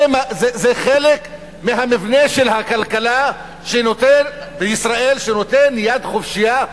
זה חלק מהמבנה של הכלכלה בישראל שנותנת יד חופשייה.